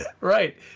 Right